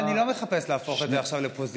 אני לא מחפש להפוך את זה עכשיו לפוזיציה.